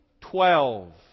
Twelve